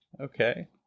Okay